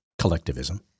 collectivism